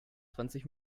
zwanzig